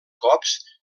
cops